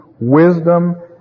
wisdom